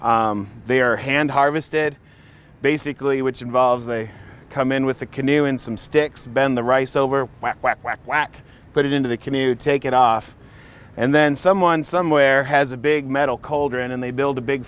their hand harvested basically which involves they come in with a canoe and some sticks bend the rice over whack whack put it into the commute take it off and then someone somewhere has a big metal colder and they build a big